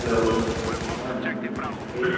hello হ্যাঁ কে